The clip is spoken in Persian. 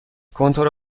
کنتور